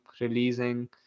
releasing